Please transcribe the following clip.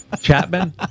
Chapman